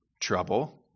trouble